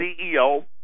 CEO